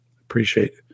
Appreciate